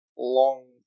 long